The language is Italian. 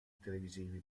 televisivi